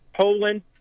Poland